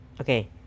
okay